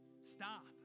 Stop